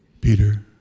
Peter